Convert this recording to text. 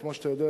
כמו שאתה יודע,